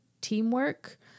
teamwork